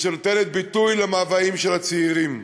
שנותנת ביטוי למאוויים של הצעירים.